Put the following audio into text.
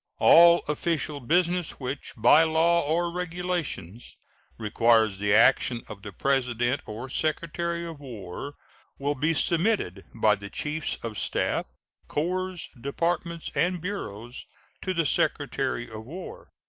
all official business which by law or regulations requires the action of the president or secretary of war will be submitted by the chiefs of staff corps, departments, and bureaus to the secretary of war.